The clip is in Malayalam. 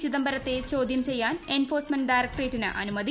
ചിദംബരത്തെ ചോദ്യം ചെയ്യാൻ എൻഫോഴ്സ്മെന്റ് ഡയറക്ടറേറ്റിന് അനുമതി